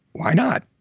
why not?